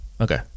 Okay